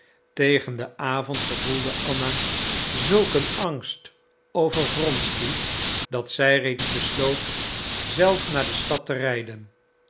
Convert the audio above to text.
tegen den avond gevoelde anna zulk een angst over wronsky dat zij reeds besloot zelf naar de stad te rijden